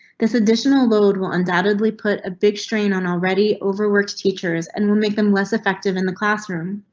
this additional load will undoubtedly put a big strain on already overworked teachers and will make them less effective in the classroom.